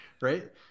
right